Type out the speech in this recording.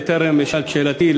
בטרם אשאל את שאלתי,